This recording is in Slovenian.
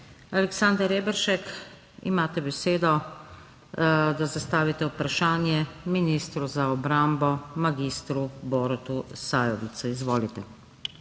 Aleksander Reberšek, imate besedo, da zastavite vprašanje ministru za obrambo mag. Borutu Sajovicu. Izvolite.